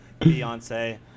Beyonce